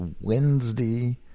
Wednesday